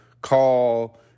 call